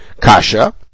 Kasha